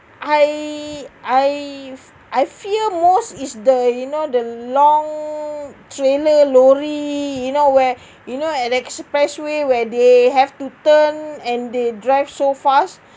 I I've I've fear most is the you know the long trailer lorry you know where you know at expressway where they have to turn and they drive so fast